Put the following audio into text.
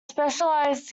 specialized